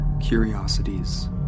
curiosities